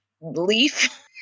leaf